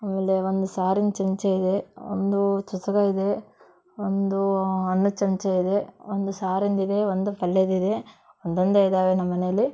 ಆಮೇಲೆ ಒಂದು ಸಾರಿನ ಚಮಚ ಇದೆ ಒಂದು ಚಸ್ಗ ಇದೆ ಒಂದು ಅನ್ನದ ಚಮಚ ಇದೆ ಒಂದು ಸಾರಿಂದು ಇದೆ ಒಂದು ಪಲ್ಯದ್ದು ಇದೆ ಒಂದೊಂದೇ ಇದ್ದಾವೆ ನಮ್ಮ ಮನೆಯಲ್ಲಿ